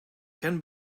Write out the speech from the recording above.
can